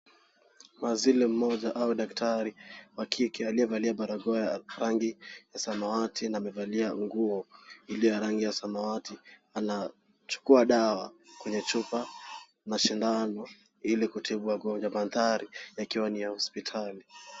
Mazile mmoja au daktari wa kike aliyevalia barakoa ya rangi ya samawati na amevalia nguo iliyo ya rangi ya samawati anachukua dawa kwenye chupa na shindano ili kutibu wagonjwa. Mandhari yakiwa ni hospitali.